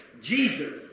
Jesus